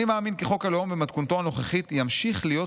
"אני מאמין כי חוק הלאום במתכונתו הנוכחית ימשיך להיות